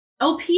OP